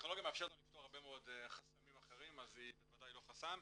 והטכנולוגיה מאפשרת גם לפתור הרבה חסמים אחרים אז היא בוודאי לא חסם.